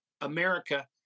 America